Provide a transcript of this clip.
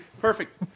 Perfect